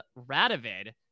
Radovid